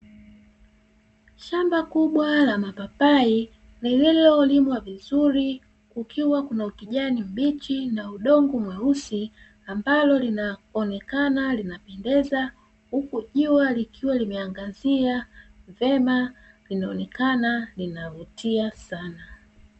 Shamba kubwa la mapapai lililolimwa vizuri kukiwa kuna ukijani mbichi na udongo mweusi ambalo linaonekana linapendeza, huku jua likiwa linaangazia vyema, linaonekana linavutia sana.